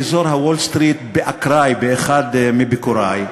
לאזור הוול-סטריט באקראי באחד מביקורי,